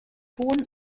hohen